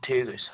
ٹھیٖک حظ چھُ